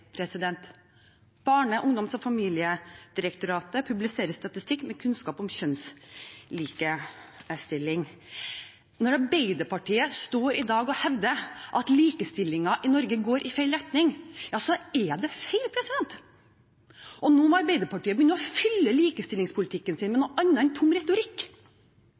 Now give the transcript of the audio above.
ungdoms- og familiedirektoratet publiserer statistikk med kunnskap om kjønnslikestilling. Når Arbeiderpartiet i dag står og hevder at likestillingen i Norge går i feil retning, er det feil. Nå må Arbeiderpartiet begynne å fylle likestillingspolitikken sin med noe annet enn tom retorikk.